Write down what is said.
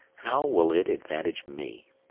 how will it advantage me?